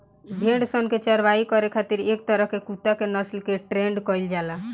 भेड़ सन के चारवाही करे खातिर एक तरह के कुत्ता के नस्ल के ट्रेन्ड कईल जाला